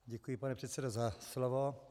Děkuji, pane předsedo, za slovo.